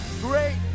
great